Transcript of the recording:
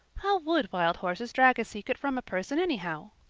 how would wild horses drag a secret from a person anyhow?